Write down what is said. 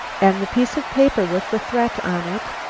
and the piece of paper with the threat on it?